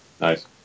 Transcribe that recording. Nice